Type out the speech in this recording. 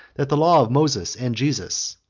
that the law of moses and jesus,